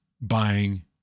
buying